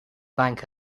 bank